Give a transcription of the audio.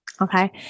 Okay